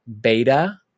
beta